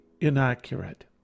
inaccurate